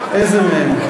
איזה מהם?